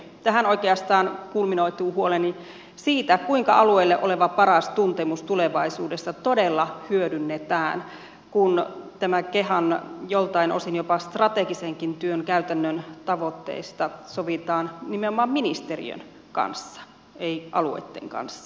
tähän oikeastaan kulminoituu huoleni siitä kuinka alueilla oleva paras tuntemus tulevaisuudessa todella hyödynnetään kun tämän kehan joiltain osin jopa strategisenkin työn käytännön tavoitteista sovitaan nimenomaan ministeriön kanssa ei alueitten kanssa